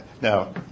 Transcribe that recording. now